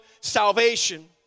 salvation